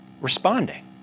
responding